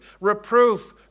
reproof